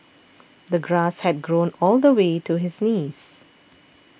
the grass had grown all the way to his knees